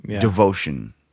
devotion